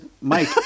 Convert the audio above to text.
Mike